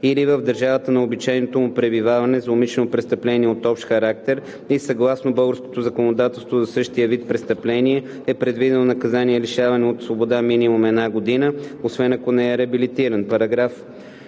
или в държавата на обичайното му пребиваване за умишлено престъпление от общ характер и съгласно българското законодателство за същия вид престъпление е предвидено наказание лишаване от свобода минимум една година, освен ако не е реабилитиран.“